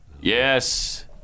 Yes